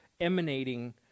emanating